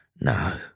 no